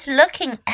looking